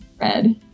Red